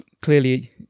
Clearly